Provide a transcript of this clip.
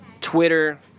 Twitter